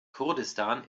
kurdistan